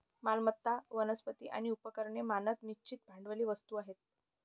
मालमत्ता, वनस्पती आणि उपकरणे मानक निश्चित भांडवली वस्तू आहेत